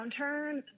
downturn